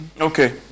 Okay